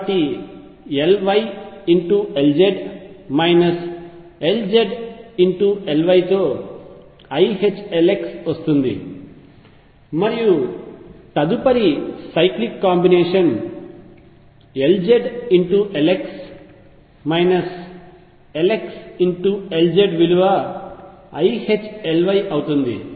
కాబట్టి Ly Lz LzLy తో iℏLxవస్తుంది మరియు తదుపరి cyclic combination Lz Lx Lx Lz విలువ iℏLy అవుతుంది